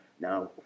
Now